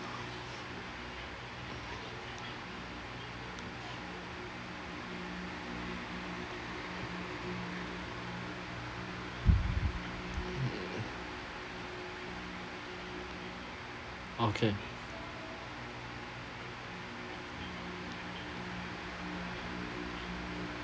okay